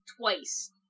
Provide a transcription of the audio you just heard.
Twice